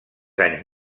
anys